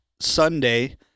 Sunday